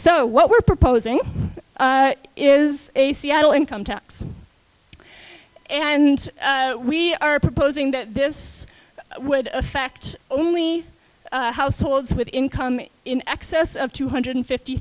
so what we're proposing is a seattle income tax and we are proposing that this would affect only households with income in excess of two hundred fifty